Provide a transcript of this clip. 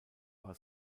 war